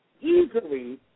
easily